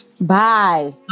Bye